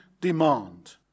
demand